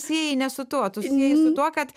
sieji ne su tuo tu sieji su tuo kad